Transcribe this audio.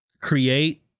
create